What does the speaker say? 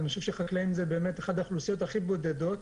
אני חושב שחקלאים הם אחת האוכלוסיות הכי בודדות.